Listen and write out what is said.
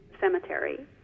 cemetery